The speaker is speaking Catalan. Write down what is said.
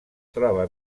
troba